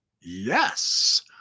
yes